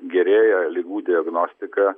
gerėja ligų diagnostika